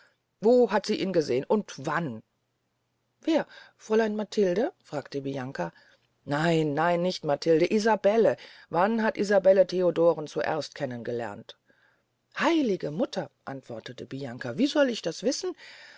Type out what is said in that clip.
wo hat sie ihn gesehn und wann wer fräulein matilde fragte bianca nein nein nicht matilde isabelle wann hat isabelle theodoren zuerst kennen lernen heilige mutter antwortete bianca wie soll ich das wissen